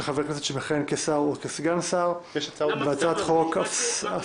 ח"כ המכהן כשר או כסגן שר) (פ/868/23); 2. הצעת חוק הפסקת